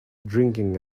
drinking